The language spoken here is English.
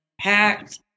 packed